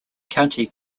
county